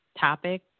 topic